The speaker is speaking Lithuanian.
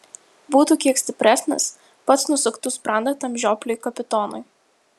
būtų kiek stipresnis pats nusuktų sprandą tam žiopliui kapitonui